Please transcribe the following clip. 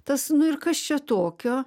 tas nu ir kas čia tokio